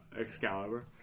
Excalibur